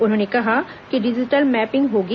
उन्होंने कहा कि डिजिटल मैपिंग होगी